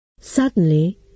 Suddenly